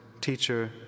Teacher